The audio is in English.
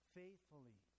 faithfully